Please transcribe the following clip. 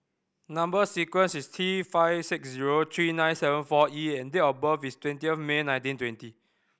number sequence is T five six zero three nine seven four E and date of birth is twenty of May nineteen twenty